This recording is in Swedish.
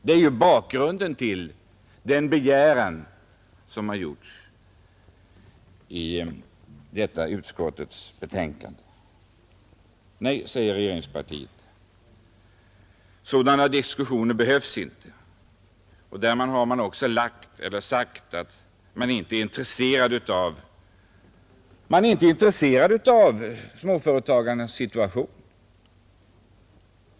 Det är grunden till den begäran som har gjorts i detta utskottets betänkande. Nej, säger regeringspartiet; sådana diskussioner behövs inte. Därmed har regeringen också sagt att den inte är intresserad av småföretagarnas situation.